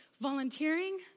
volunteering